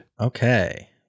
Okay